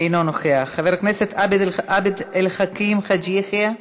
אינו נוכח, חבר הכנסת עבד אל חכים חאג' יחיא,